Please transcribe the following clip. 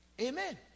amen